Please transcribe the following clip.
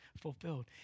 fulfilled